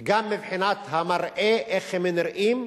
וגם מבחינת המראה, איך הם נראים.